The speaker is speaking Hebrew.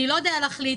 אני לא יודע להחליט,